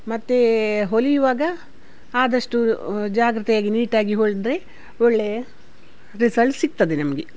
ಮತ್ತೆ ಹೊಲೆಯುವಾಗ ಆದಷ್ಟು ಜಾಗ್ರತೆಯಾಗಿ ನೀಟಾಗಿ ಹೊಲೆದ್ರೆ ಒಳ್ಳೆಯ ರಿಸಲ್ಟ್ ಸಿಗ್ತದೆ ನಮಗೆ